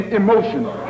emotional